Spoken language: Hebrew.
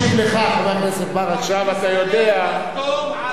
שישראל תחתום על האמנה לאי-הפצת נשק גרעיני,